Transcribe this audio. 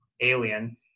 alien